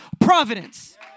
providence